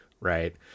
right